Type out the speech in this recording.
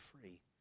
free